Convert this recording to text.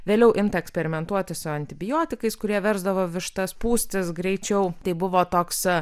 vėliau imta eksperimentuoti su antibiotikais kurie versdavo vištas pūstis greičiau tai buvo toks